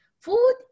food